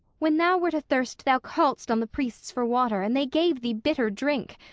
when thou wert athirst thou calledst on the priests for water, and they gave thee bitter drink.